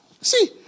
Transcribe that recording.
See